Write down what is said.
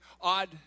odd